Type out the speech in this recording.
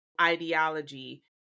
ideology